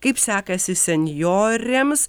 kaip sekasi senjorėms